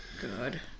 good